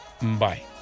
Bye